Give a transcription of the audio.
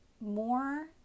more